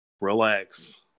Relax